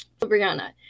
Brianna